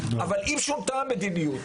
אבל אם שונתה המדיניות,